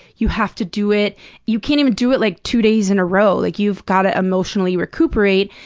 you have to do it you can't even do it, like, two days in a row. like, you've gotta emotionally recuperate.